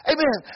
Amen